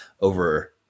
over